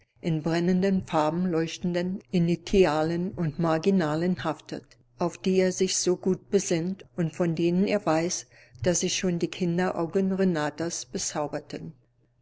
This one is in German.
in brennenden farben leuchtenden initialen und marginalen haftet auf die er sich so gut besinnt und von denen er weiß daß sie schon die kinderaugen renatas